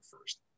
first